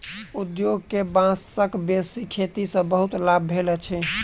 उद्योग के बांसक बेसी खेती सॅ बहुत लाभ भेल अछि